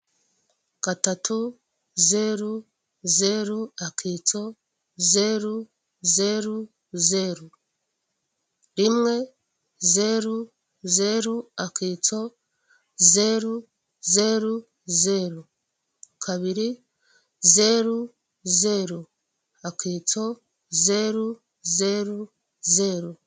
Gatatu zeru zeru akitso zeru zeru zeru, rimwe zeru zeru akitso zeru zeru zeru, kabiri zeru zeru akitso zeru zeru zeru.